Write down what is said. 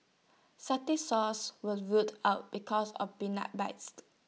Satay Sauce was ruled out because of peanut